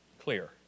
Clear